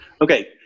Okay